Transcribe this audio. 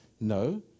no